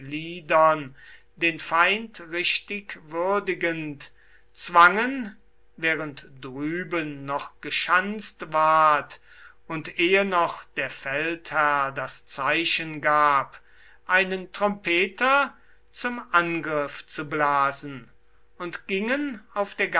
den feind richtig würdigend zwangen während drüben noch geschanzt ward und ehe noch der feldherr das zeichen gab einen trompeter zum angriff zu blasen und gingen auf der